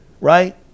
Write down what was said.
right